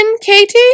Katie